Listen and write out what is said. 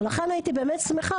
ולכן הייתי באמת שמחה,